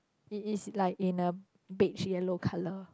it is like in a beige yellow colour